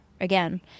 again